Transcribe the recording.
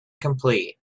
complete